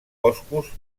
boscos